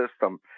system